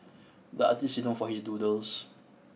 the artist is known for his doodles